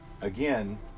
Again